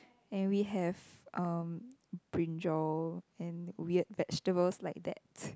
and we have um brinjal and weird vegetables like that